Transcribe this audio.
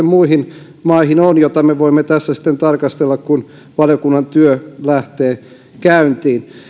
muihin maihin on yhtymäkohtaa vertailukohtaa jota me voimme tässä sitten tarkastella kun valiokunnan työ lähtee käyntiin